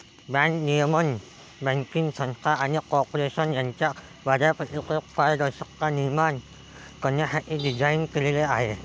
bank नियमन banking संस्था आणि कॉर्पोरेशन यांच्यात बाजारपेठेतील पारदर्शकता निर्माण करण्यासाठी डिझाइन केलेले आहे